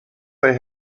they